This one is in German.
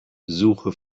suche